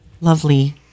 Lovely